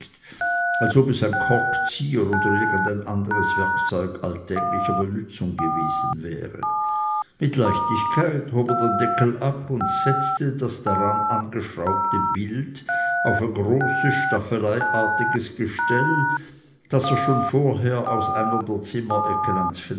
als ob es ein korkzieher oder irgendein anderes werkzeug alltäglicher benutzung gewesen wäre mit leichtigkeit hob er den deckel ab und setzte das daran